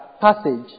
passage